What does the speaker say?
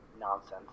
nonsense